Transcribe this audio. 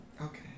okay